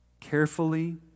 carefully